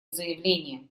заявление